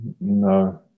No